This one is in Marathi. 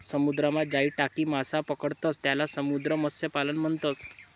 समुद्रमा जाई टाकी मासा पकडतंस त्याले समुद्र मत्स्यपालन म्हणतस